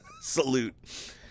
salute